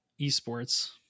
Esports